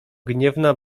gniewna